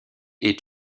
est